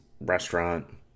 restaurant